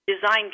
design